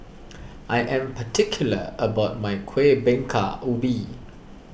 I am particular about my Kueh Bingka Ubi